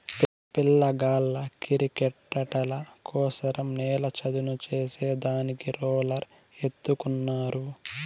పిల్లగాళ్ళ కిరికెట్టాటల కోసరం నేల చదును చేసే దానికి రోలర్ ఎత్తుకున్నారు